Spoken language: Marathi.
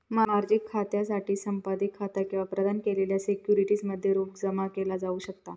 मार्जिन खात्यासाठी संपार्श्विक खाता किंवा प्रदान केलेल्या सिक्युरिटीज मध्ये रोख जमा केला जाऊ शकता